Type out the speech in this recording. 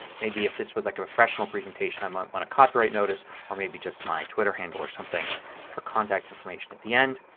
maybe if this was like a professional presentation i might want a copyright notice or maybe just my twitter handle or something for contact information at the end.